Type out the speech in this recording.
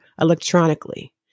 electronically